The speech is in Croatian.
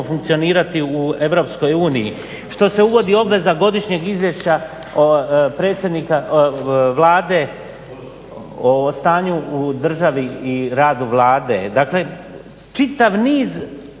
funkcionirati u EU, što se uvodi obveza Godišnjeg izvješća predsjednika Vlade o stanju u državi i radu Vlade. Dakle, čitav niz